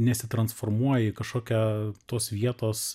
nesitransformuoja į kažkokią tos vietos